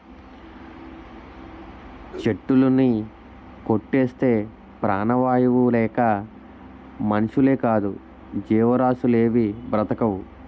చెట్టులుని కొట్టేస్తే ప్రాణవాయువు లేక మనుషులేకాదు జీవరాసులేవీ బ్రతకవు